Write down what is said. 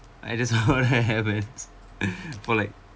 I just ordered hair bands for like